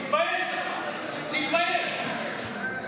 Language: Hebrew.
תתבייש לך.